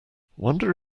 wonder